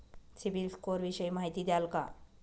CIBIL score विषयी माहिती द्याल का?